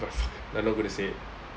f~ I'm not gonna say it